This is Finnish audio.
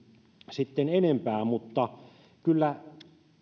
sitten enempää mutta kyllä